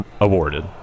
awarded